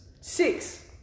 Six